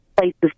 places